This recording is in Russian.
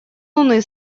луны